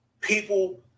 people